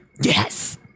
Yes